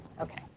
okay